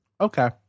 okay